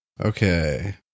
okay